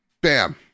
bam